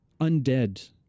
undead